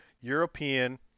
European